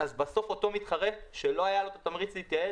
בסוף אותו מתחרה שלא היה לו את התמריץ להתייעל,